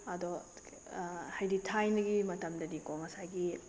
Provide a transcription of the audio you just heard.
ꯑꯗꯣ ꯍꯥꯏꯗꯤ ꯊꯥꯏꯅꯒꯤ ꯃꯇꯝꯗꯗꯤꯀꯣ ꯉꯁꯥꯏꯒꯤ